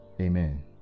Amen